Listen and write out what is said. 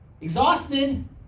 exhausted